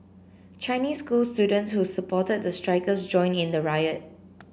Chinese school students who supported the strikers joined in the riot